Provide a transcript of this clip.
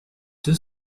deux